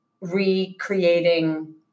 recreating